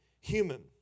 human